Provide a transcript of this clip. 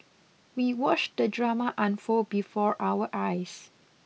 we watched the drama unfold before our eyes